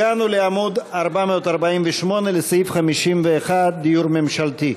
הגענו לעמוד 448, לסעיף 51, דיור ממשלתי.